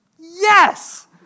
Yes